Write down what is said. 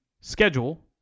schedule